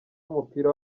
w’umupira